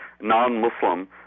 non-muslim